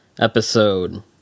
episode